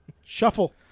Shuffle